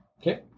Okay